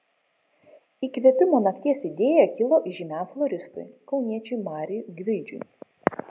įkvėpimo nakties idėja kilo žymiam floristui kauniečiui marijui gvildžiui